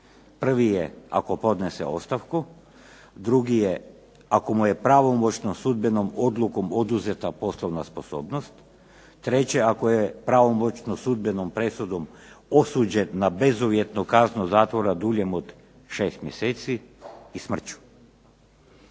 Prvi je ako podnese ostavku, drugi je ako mu je pravomoćno sudbenom odlukom oduzeta poslovna sposobnost. Treće, ako je pravomoćno sudbenom presudom osuđen na bezuvjetnu kaznu zatvoru duljem od šest mjeseci i smrću.